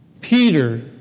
Peter